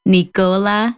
Nicola